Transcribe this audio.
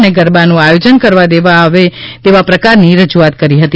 અને ગરબાનું આયોજન કરવા દેવામાં આવે તે પ્રકારની રજુઆત કરી હતી